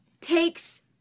takes